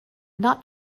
not